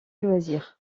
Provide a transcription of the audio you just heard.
loisir